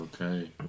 Okay